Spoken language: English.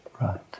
Right